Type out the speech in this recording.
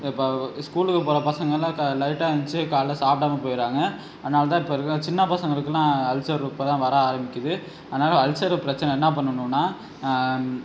இப்போ ஸ்கூலுக்கு போகிற பசங்களாம் க லேட்டாக எழுந்துருச்சி காலைல சாப்பிடாம போயிடுறாங்க அதனால் தான் இப்போ இருக்கிற சின்ன பசங்களுக்குலாம் அல்சர் இப்போ தான் வர ஆரமிக்கிது அதனால அல்சரு பிரச்சின என்ன பண்ணணும்னா